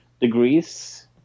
degrees